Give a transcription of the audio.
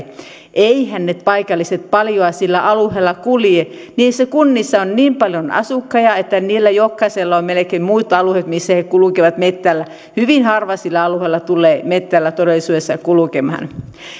eiväthän ne paikalliset paljoa sillä alueella kulje niissä kunnissa on niin paljon asukkaita että niillä melkein jokaisella on muut alueet missä he kulkevat metsällä hyvin harva sille alueelle tulee metsällä todellisuudessa kulkemaan